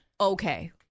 okay